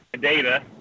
data